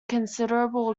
considerable